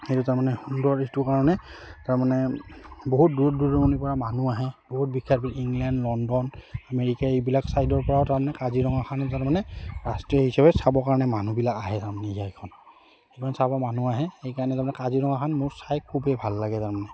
এইটো তাৰমানে সুন্দৰ এইটোৰ কাৰণে তাৰমানে বহুত দূৰ দূৰণিৰ পৰা মানুহ আহে বহুত বিখ্যাত ইংলেণ্ড লণ্ডন আমেৰিকা এইবিলাক ছাইডৰ পৰাও তাৰমানে কাজিৰঙাখন তাৰমানে ৰাষ্ট্ৰীয় হিচাপে চাবৰ কাৰণে মানুহবিলাক আহে তাৰমানে সেইখন চাব মানুহ আহে সেইকাৰণে তাৰমানে কাজিৰঙাখন মোৰ চাই খুবেই ভাল লাগে তাৰমানে